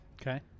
Okay